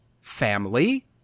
family